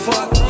Fuck